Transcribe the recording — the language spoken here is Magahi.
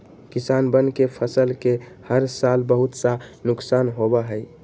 किसनवन के फसल के हर साल बहुत सा नुकसान होबा हई